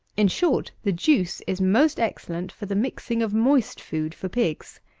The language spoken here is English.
in short, the juice is most excellent for the mixing of moist food for pigs.